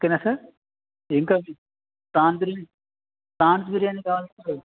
ఓకేనా సార్ ఇంకా ఫ్రాన్ బిర్యా ఫ్రాన్స్ బిర్యానీ కావాలి అంటే